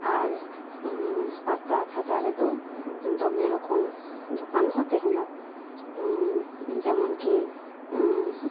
ᱟᱨ ᱯᱟᱛᱟ ᱪᱷᱟᱛᱟ ᱨᱮᱫᱚ ᱫᱚᱢᱮ ᱨᱚᱠᱚᱢ ᱫᱚᱠᱟᱱ ᱦᱚᱸ ᱛᱟᱦᱮᱱᱟ ᱡᱮᱢᱚᱱ ᱠᱤ